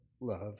love